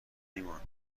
ایمان